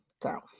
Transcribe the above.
girl